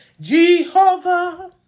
jehovah